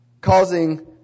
causing